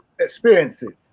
experiences